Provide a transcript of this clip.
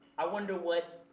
i wonder what,